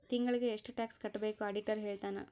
ತಿಂಗಳಿಗೆ ಎಷ್ಟ್ ಟ್ಯಾಕ್ಸ್ ಕಟ್ಬೇಕು ಆಡಿಟರ್ ಹೇಳ್ತನ